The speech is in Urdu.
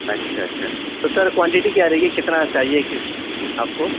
اچھا اچھا تو سر کوانٹیٹی کیا رہے گی کتنا چاہیے کہ آپ کو